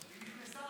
היא נכנסה,